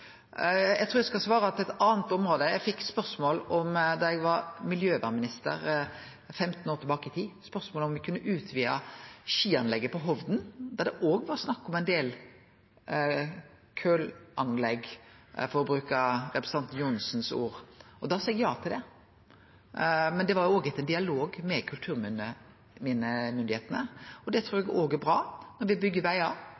Eg trur eg skal svare på eit anna område. Eg fekk spørsmål da eg var miljøvernminister 15 år tilbake i tid, om me kunne utvide skianlegget på Hovden, der det òg var snakk om ein del kølanlegg, for å nærme meg representanten Johnsens ord. Da sa eg ja til det, men det var etter dialog med kulturminnemyndigheitene. Eg trur det er bra når me byggjer vegar,